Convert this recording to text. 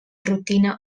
rutina